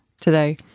today